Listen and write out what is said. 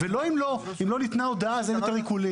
לא אם לא ניתנה הודעה, אז אין יותר עיקולים.